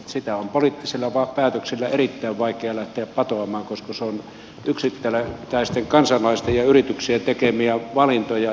sitä on poliittisilla päätöksillä erittäin vaikea lähteä patoamaan koska ne ovat yksittäisten kansalaisten ja yritysten tekemiä valintoja